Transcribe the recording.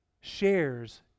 shares